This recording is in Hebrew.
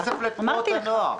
מה עם הכסף לתנועות הנוער?